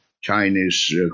Chinese